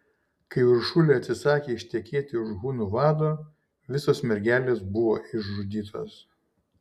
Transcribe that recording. kai uršulė atsisakė ištekėti už hunų vado visos mergelės buvo išžudytos